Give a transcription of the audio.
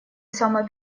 самой